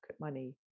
money